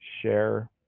share